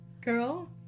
Girl